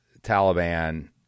Taliban